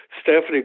Stephanie